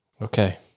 okay